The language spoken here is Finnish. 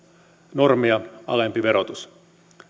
normia alempi verotus